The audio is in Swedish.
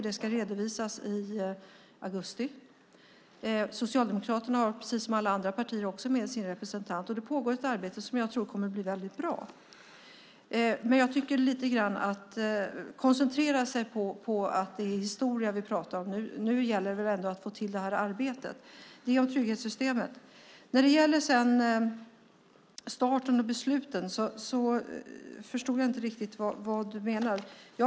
Det ska redovisas i augusti. Socialdemokraterna har, precis som alla andra partier, med en representant. Det pågår ett arbete som jag tror kommer att bli väldigt bra. Ni koncentrerar er på att prata om historia. Nu gäller det väl ändå att få till det här arbetet. När det gäller starten och besluten förstod jag inte riktigt vad du menar.